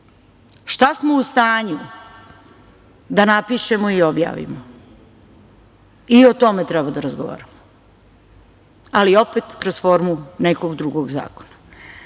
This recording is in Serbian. šta smo u stanju da napišemo i objavimo i o tome treba da razgovaramo, ali opet kroz formu nekog drugog zakona. Možda